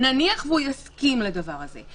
נניח שהוא יסכים לדבר הזה,